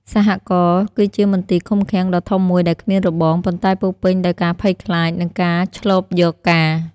សហករណ៍គឺជាមន្ទីរឃុំឃាំងដ៏ធំមួយដែលគ្មានរបង ប៉ុន្តែពោរពេញដោយការភ័យខ្លាច និងការឈ្លបយកការណ៍។